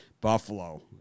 Buffalo